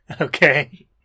okay